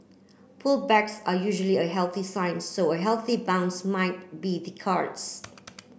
pullbacks are usually a healthy sign so a healthy bounce might be the cards